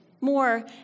more